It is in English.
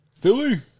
Philly